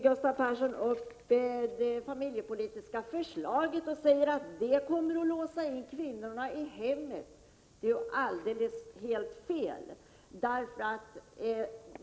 Gustav Persson tog upp det familjepolitiska förslaget. Han sade att det kommer att låsa in kvinnorna i hemmet. Det är helt fel.